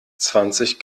zwanzig